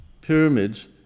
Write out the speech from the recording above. pyramids